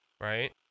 right